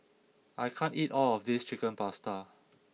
I can't eat all of this Chicken Pasta